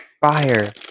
Fire